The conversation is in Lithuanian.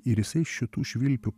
ir jisai šitų švilpių